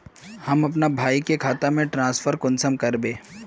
हम अपना भाई के खाता में ट्रांसफर कुंसम कारबे?